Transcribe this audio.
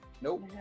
Nope